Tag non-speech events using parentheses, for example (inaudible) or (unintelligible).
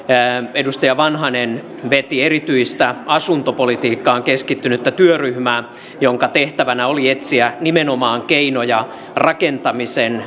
edustaja vanhanen veti erityistä asuntopolitiikkaan keskittynyttä työryhmää jonka tehtävänä oli etsiä nimenomaan keinoja rakentamisen (unintelligible)